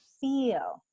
feel